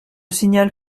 signale